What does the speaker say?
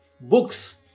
books